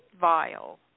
vial